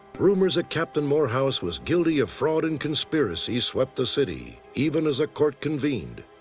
rumors that captain morehouse was guilty of fraud and conspiracy swept the city even as a court convened.